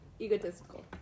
egotistical